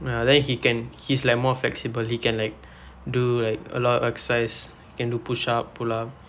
ya then he can he's like more flexibly he can like do like a lot of exercise can do push up pull up